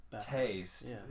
taste